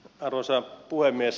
arvoisa puhemies